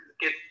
get